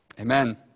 Amen